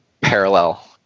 parallel